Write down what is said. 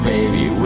Baby